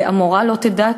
והמורה לא תדע,